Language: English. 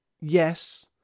yes